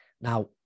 now